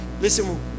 listen